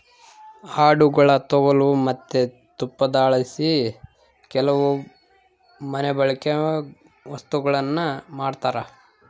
ಆಡುಗುಳ ತೊಗಲು ಮತ್ತೆ ತುಪ್ಪಳದಲಾಸಿ ಕೆಲವು ಮನೆಬಳ್ಕೆ ವಸ್ತುಗುಳ್ನ ಮಾಡ್ತರ